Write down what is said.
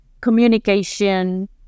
communication